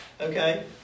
Okay